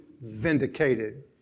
vindicated